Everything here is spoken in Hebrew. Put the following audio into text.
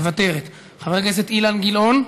מוותרת, חבר הכנסת אילן גילאון,